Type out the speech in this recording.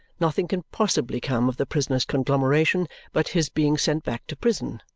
nothing can possibly come of the prisoner's conglomeration but his being sent back to prison,